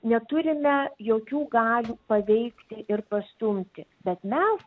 neturime jokių galių paveikti ir pastumti bet mes